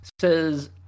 says